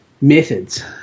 methods